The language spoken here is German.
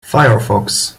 firefox